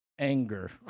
Anger